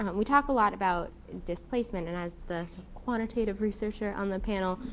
um we talked a lot about displacement and as the quantitative researcher on the panel,